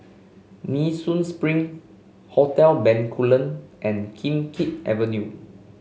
Nee Soon Spring Hotel Bencoolen and Kim Keat Avenue